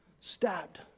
Stabbed